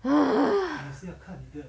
ah